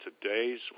today's